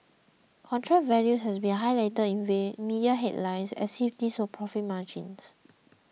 contract values have been highlighted in media headlines as if these were profit margins